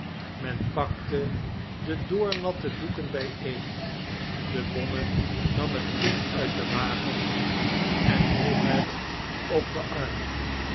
men pakte de doornatte doeken bijeen de bonne nam het kind uit den wagen en droeg het op den arm